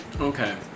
Okay